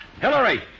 Hillary